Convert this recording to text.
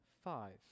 Five